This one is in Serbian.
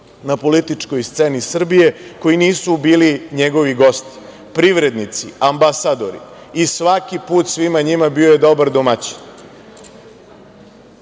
na političkoj sceni Srbije koji nisu bili njegovi gosti, privrednici, ambasadori i svaki put svima njima je bio dobar domaćin. Znao